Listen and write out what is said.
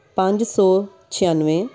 ਪੰਜ ਸੌ ਛਿਆਨਵੇਂ